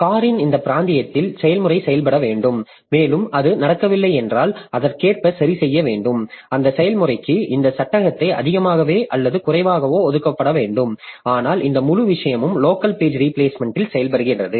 காரின் இந்த பிராந்தியத்தில் செயல்முறை செயல்பட வேண்டும் மேலும் அது நடக்கவில்லை என்றால் அதற்கேற்ப சரிசெய்ய வேண்டும் எந்த செயல்முறைக்கு இந்த சட்டத்தை அதிகமாகவோ அல்லது குறைவாகவோ ஒதுக்க வேண்டுமா ஆனால் இந்த முழு விஷயமும் லோக்கல் பேஜ் ரீபிளேஸ்மெண்ட்டன் செயல்படுகிறது